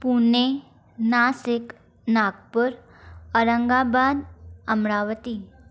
Pune Nashik Nagpur Aurangabad Amravati